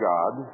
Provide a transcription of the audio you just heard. God